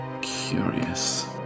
Curious